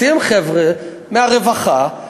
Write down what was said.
מוציאים חבר'ה מהרווחה,